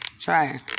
try